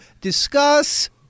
discuss